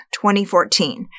2014